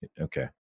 Okay